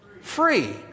free